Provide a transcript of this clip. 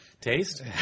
Taste